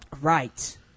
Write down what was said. Right